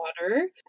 water